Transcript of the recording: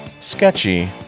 sketchy